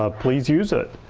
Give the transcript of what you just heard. ah please use it.